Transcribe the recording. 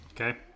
Okay